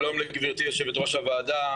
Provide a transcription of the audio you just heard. שלום לגברתי יו"ר הוועדה,